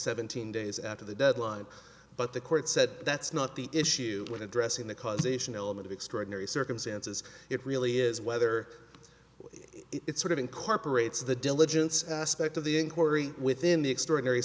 seventeen days after the deadline but the court said that's not the issue when addressing the causation element of extraordinary circumstances it really is whether it sort of incorporates the diligence aspect of the inquiry within the extraordinary